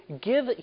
give